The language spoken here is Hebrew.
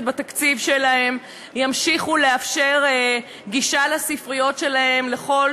בתקציב שלהם ימשיכו לאפשר גישה לספריות שלהם לכל